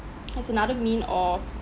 as another mean or